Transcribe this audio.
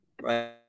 right